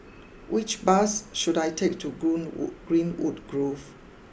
which bus should I take to wood Greenwood Grove